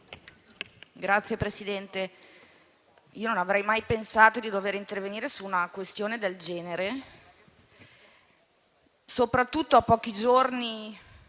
Signor Presidente, non avrei mai pensato di dover intervenire su una questione del genere, soprattutto a pochi giorni